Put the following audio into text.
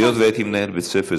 היות שהייתי מנהל בית-ספר,